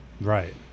right